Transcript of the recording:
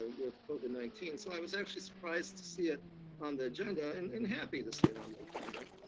ah with covid nineteen, so i was actually surprised to see it on the agenda, and and happy to see it on the agenda.